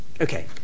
Okay